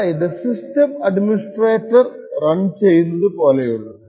അതായതു system administrator run ചെയ്യുന്നത് പോലെയുള്ളത്